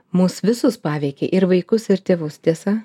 mus visus paveikė ir vaikus ir tėvus tiesa